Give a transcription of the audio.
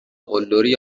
قلدری